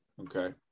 okay